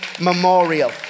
memorial